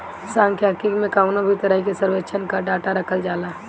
सांख्यिकी में कवनो भी तरही के सर्वेक्षण कअ डाटा रखल जाला